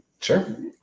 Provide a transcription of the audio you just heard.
Sure